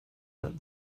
that